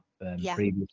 previously